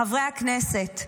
חברי הכנסת,